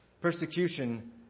Persecution